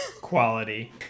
Quality